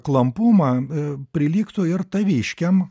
klampumą prilygtų ir taviškiam